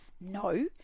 No